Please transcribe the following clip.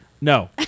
No